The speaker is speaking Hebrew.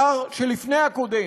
השר שלפני הקודם,